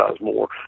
more